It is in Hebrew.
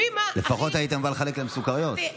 לפחות היית בא לחלק להם סוכריות.